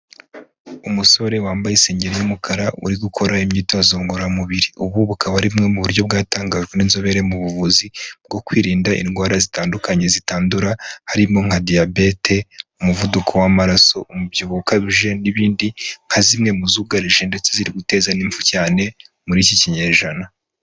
Umusore wambaye isengeri y'umukara uri gukora imyitozo ngororamubiri, ubu bukaba ari bumwe mu buryo bwatangajwe n'inzobere mu buvuzi bwo kwirinda indwara zitandukanye zitandura harimo nka diyabete, umuvuduko w'amaraso, umubyibuho ukabije n'ibindi, nka zimwe mu zugarije ndetse ziri guteza n'imfu cyane muri iki kinyejana.